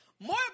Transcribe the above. More